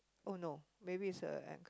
oh no maybe is a act